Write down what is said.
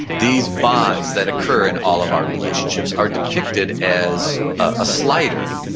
these bonds that occur in all of our relationships are depicted as a slider.